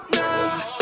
now